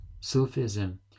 Sufism